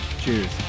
Cheers